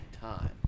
time